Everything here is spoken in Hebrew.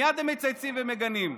מייד מצייצים ומגנים,